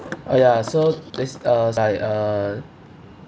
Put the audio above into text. oh ya so this uh like uh